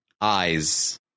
eyes